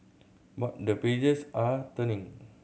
but the pages are turning